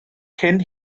cyn